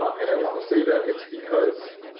and i want to say that it's because